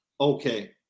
Okay